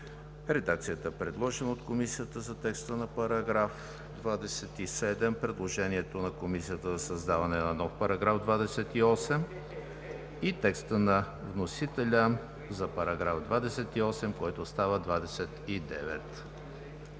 редакцията, предложена от Комисията за текста на § 27; предложението на Комисията за създаване на нов § 28 и текста на вносителя за § 28, който става 29.